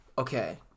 Okay